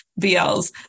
BLs